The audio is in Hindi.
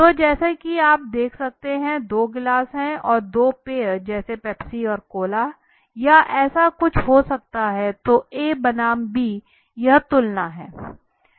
तो जैसा कि आप देख सकते हैं कि दो गिलास हैं और दो पेय जैसे पेप्सी और कोला या ऐसा कुछ हो सकता है तो A बनाम B यह तुलना है